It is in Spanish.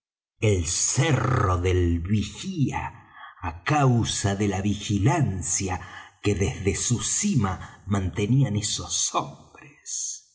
el cerro del vigía á causa de la vigilancia que desde su cima mantenían esos hombres